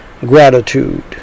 gratitude